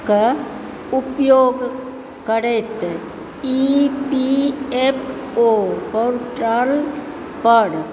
कऽ उपयोग करैत E P F O portal पर